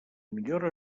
millora